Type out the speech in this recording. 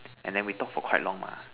and then we talk for quite long what